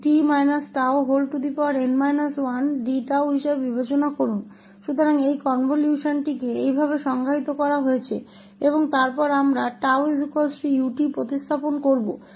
तो इस संकल्प को इस तरह परिभाषित किया गया है और फिर हम यहां 𝜏 𝑢 𝑡 को प्रतिस्थापित करते हैं